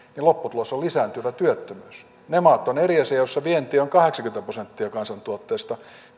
lopputulos on lisääntyvä työttömyys ne maat ovat eri asia joissa vienti on kahdeksankymmentä prosenttia kansantuotteesta ne